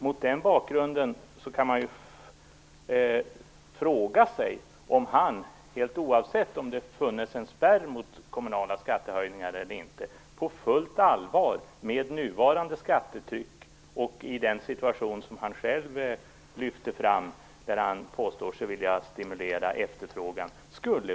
Mot den bakgrunden kan man fråga sig om han, helt oavsett om det funnes en spärr mot kommunala skattehöjningar eller inte, på fullt allvar skulle vilja förespråka kommunala skattehöjningar - med nuvarande skattetryck och i den situation som han själv lyfter fram, där han påstår sig vilja stimulera efterfrågan.